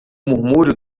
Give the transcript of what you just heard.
murmúrio